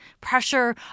pressure